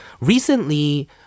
recently